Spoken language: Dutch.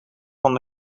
van